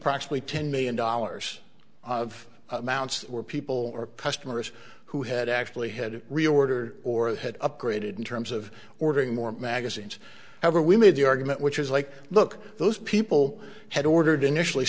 practically ten million dollars of amounts were people or customers who had actually had it reorder or had upgraded in terms of ordering more magazines however we made the argument which is like look those people had ordered initially